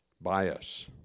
bias